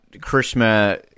Krishna